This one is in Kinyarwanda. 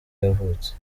yavutse